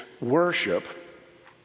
worship